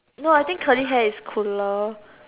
no I think curly hair is cooler